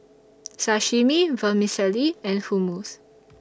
Sashimi Vermicelli and Hummus